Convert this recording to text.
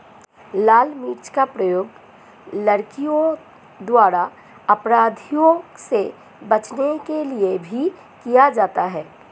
लाल मिर्च का प्रयोग लड़कियों द्वारा अपराधियों से बचने के लिए भी किया जाता है